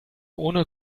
ohne